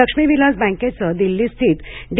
लक्ष्मी विलास बँकेचं दिल्ली स्थीत डी